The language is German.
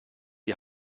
die